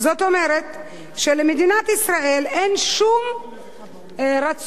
זאת אומרת שלמדינת ישראל אין שום רצון,